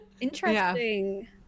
Interesting